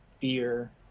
fear